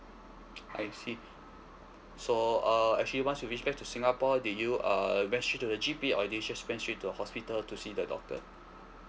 I see so uh actually once you reach back to singapore did you err went straight to the G_P or did you just went straight the hospital to see the doctor